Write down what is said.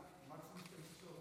חבר הכנסת מקלב,